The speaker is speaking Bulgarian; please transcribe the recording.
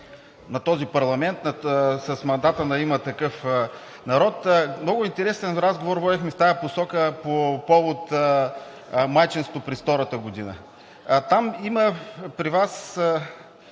на този парламент с мандата на „Има такъв народ“, много интересен разговор водихме в тази посока по повод майчинството през втората година. Там има при Вас,